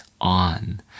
on